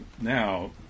now